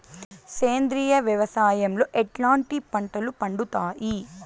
సేంద్రియ వ్యవసాయం లో ఎట్లాంటి పంటలు పండుతాయి